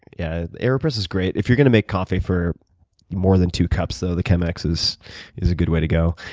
yeah. aeropress is great. if you're going to make coffee for more than two cups though, the chemex is is a good way to go.